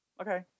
Okay